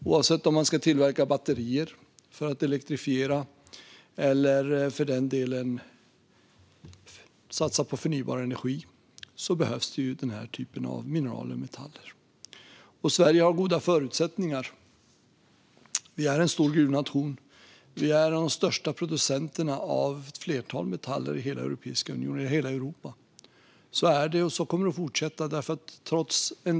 Oavsett om man ska tillverka batterier för att elektrifiera eller satsa på förnybar energi behövs denna typ av metaller och mineraler. Sverige har goda förutsättningar. Vi är en stor gruvnation och en av Europas största producenter av ett flertal metaller, och så kommer det att fortsätta vara.